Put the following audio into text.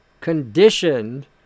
conditioned